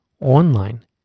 online